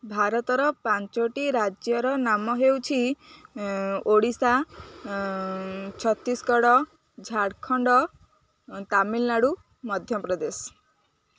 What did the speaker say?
ଭାରତର ପାଞ୍ଚଟି ରାଜ୍ୟର ନାମ ହେଉଛି ଓଡ଼ିଶା ଛତିଶଗଡ଼ ଝାଡ଼ଖଣ୍ଡ ତାମିଲନାଡ଼ୁ ମଧ୍ୟପ୍ରଦେଶ